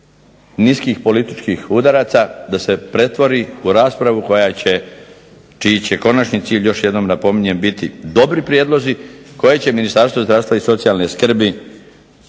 niskih političkih udaraca, da se pretvori u raspravu koja će, čiji će konačni cilj još jednom napominjem biti dobri prijedlozi koje će Ministarstvo zdravstva i socijalne skrbi